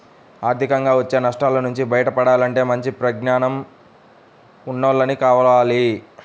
ఆర్థికంగా వచ్చే నష్టాల నుంచి బయటపడాలంటే మంచి పరిజ్ఞానం ఉన్నోల్లని కలవాలి